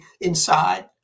inside